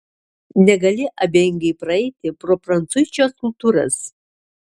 negali abejingai praeiti pro prancuičio skulptūras